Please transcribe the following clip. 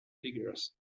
figures